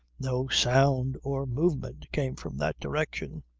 no sound or movement came from that direction.